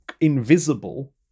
invisible